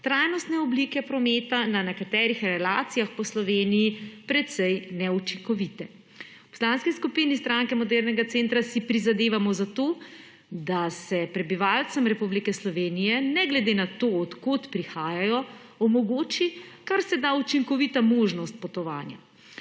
trajnostne oblike prometa na nekaterih relacijah po Sloveniji precej neučinkovite. V Poslanski skupini Stranke modernega centra si prizadevamo za to, da se prebivalcem Republike Slovenije ne glede na to od kod prihajajo omogoči, kar se ta učinkovita možnost potovanja.